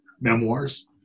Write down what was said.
memoirs